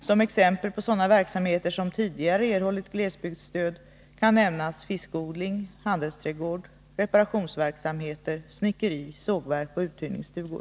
Som exempel på sådana verksamheter som tidigare erhållit glesbygdsstöd kan nämnas fiskodling, handelsträdgård, reparationsverksamheter, snickeri, sågverk och uthyrningsstugor.